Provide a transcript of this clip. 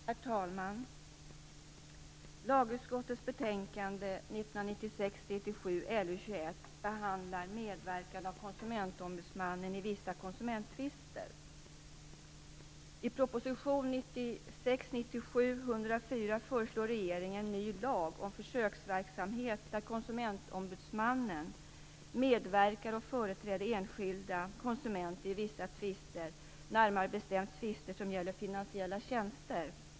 Herr talman! Lagutskottets betänkande 1996 97:104 föreslår regeringen ny lag om försöksverksamhet där Konsumentombudsmannen medverkar och företräder enskilda konsumenter i vissa tvister, närmare bestämt tvister som gäller finansiella tjänster.